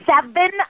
Seven